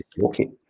Okay